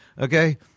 Okay